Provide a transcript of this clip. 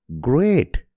Great